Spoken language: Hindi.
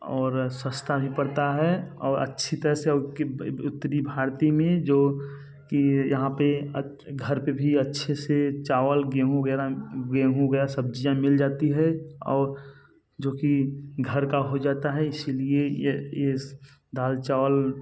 और सस्ता भी पड़ता है और अच्छी तरह से उनकी उत्तर भारत में जो कि ये यहाँ पर घर पर भी अच्छे से चावल गेहूं वग़ैरह गेहूं वग़ैरह सब्ज़ियाँ मिल जाती हैं और जो कि घर का हो जाता है इसी लिए यह इस दाल चावल